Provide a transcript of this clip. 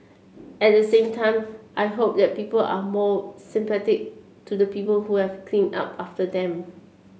at the same time I hope that people are more to the people who have clean up after them